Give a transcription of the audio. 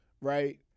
right